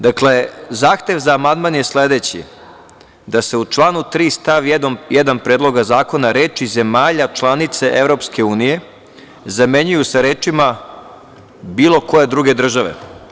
Dakle, zahtev za amandman je sledeći – da se u članu 3. stav 1. Predloga zakona reči: „zemalja članice Evropske unije“ zamenjuju se rečima: „bilo koje druge države“